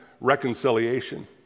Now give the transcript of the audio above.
reconciliation